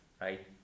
Right